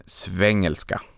svängelska